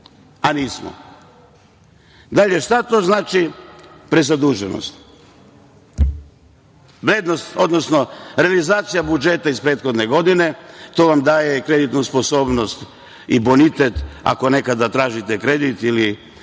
a nismo. Dalje, šta znači prezaduženost? Vrednost, odnosno realizacija budžeta iz prethodne godine, to vam daje kreditnu sposobnost i bonitet ako nekada tražite kredit ili